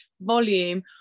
volume